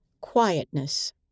quietness